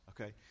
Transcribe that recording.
Okay